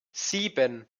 sieben